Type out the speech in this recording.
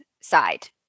side